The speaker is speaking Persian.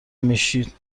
میشید